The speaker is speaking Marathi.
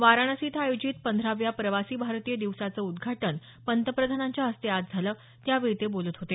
वाराणसी इथं आयोजित पंधराव्या प्रवासी भारतीय दिवसाचं उद्धाटन पंतप्रधानांच्या हस्ते आज झालं त्यावेळी ते बोलत होते